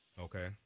okay